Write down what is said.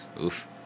Oof